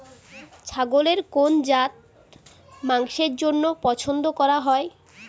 ছাগলের কোন জাত মাংসের জন্য পছন্দ করা হয়?